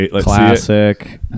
Classic